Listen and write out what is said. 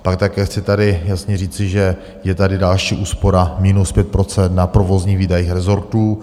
Pak také chci tady jasně říci, že je tady další úspora minus 5 % na provozních výdajích rezortů.